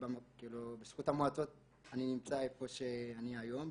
ובזכות המועצות אני נמצא איפה שאני היום.